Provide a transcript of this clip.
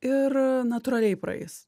ir natūraliai praeis